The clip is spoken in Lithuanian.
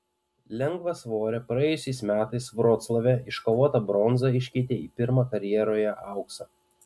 lengvasvorė praėjusiais metais vroclave iškovotą bronzą iškeitė į pirmą karjeroje auksą